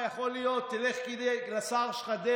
הדגל השחור שמתנוסס,